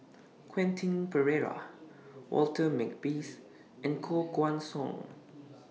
Quentin Pereira Walter Makepeace and Koh Guan Song